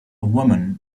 woman